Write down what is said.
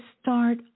start